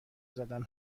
زدن